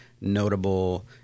notable